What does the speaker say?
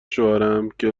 شوهرم، که